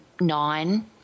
nine